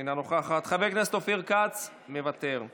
אינה נוכחת, חבר הכנסת אופיר כץ, מוותר,